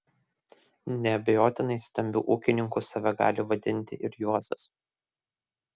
neabejotinai stambiu ūkininku save gali vadinti ir juozas